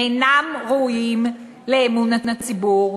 אינם ראויים לאמון הציבור,